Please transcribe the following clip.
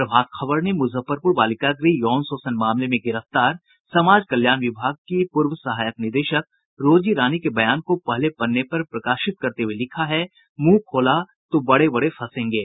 प्रभात खबर ने मुजफ्फरपुर बालिका गृह यौन शोषण मामले में गिरफ्तार समाज कल्याण विभाग की पूर्व सहायक निदेशक रोजी रानी के बयान को पहले पन्ने पर प्रकाशित करते हुये लिखा है मुंह खोला तो बड़े बड़े फसेंगे